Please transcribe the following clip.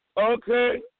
Okay